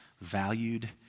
valued